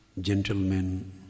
gentlemen